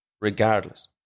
regardless